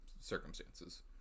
circumstances